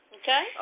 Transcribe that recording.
Okay